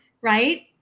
right